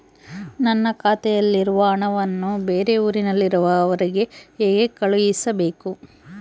ನನ್ನ ಖಾತೆಯಲ್ಲಿರುವ ಹಣವನ್ನು ಬೇರೆ ಊರಿನಲ್ಲಿರುವ ಅವರಿಗೆ ಹೇಗೆ ಕಳಿಸಬೇಕು?